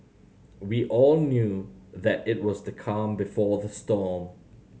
we all knew that it was the calm before the storm